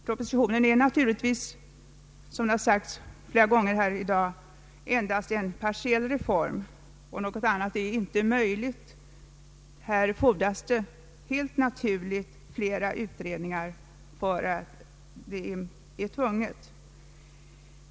Propositionen gäller helt naturligt, vilket sagts fiera gånger i dag, endast en partiell reform. Något annat är inte möjligt, här fordras det fler utredningar.